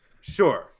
Sure